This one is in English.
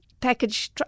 package